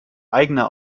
eigener